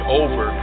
over